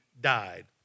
died